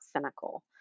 cynical